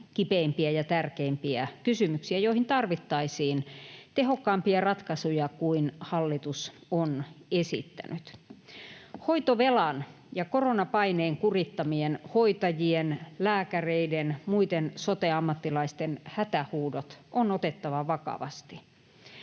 kipeimpiä ja tärkeimpiä kysymyksiä, joihin tarvittaisiin tehokkaampia ratkaisuja kuin hallitus on esittänyt. Hoitovelan ja koronapaineen kurittamien hoitajien, lääkäreiden ja muiden sote-ammattilaisten hätähuudot on otettava vakavasti.